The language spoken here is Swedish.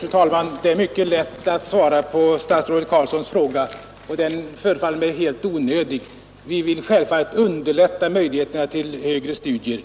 Fru talman! Det är mycket lätt att svara på statsrådet Carlssons fråga. Den förefaller mig dock helt onödig. Vi vill självfallet underlätta för eleverna att gå vidare till högre studier.